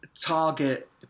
target